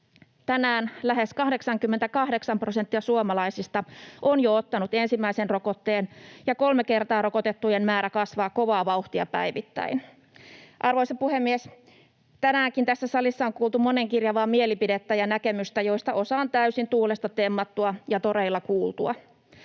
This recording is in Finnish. Tänään lähes 88 prosenttia suomalaisista on jo ottanut ensimmäisen rokotteen, ja kolme kertaa rokotettujen määrä kasvaa kovaa vauhtia päivittäin. Arvoisa puhemies! Tänäänkin tässä salissa on kuultu monenkirjavaa mielipidettä ja näkemystä, joista osa on täysin tuulesta temmattuja ja toreilla kuultua.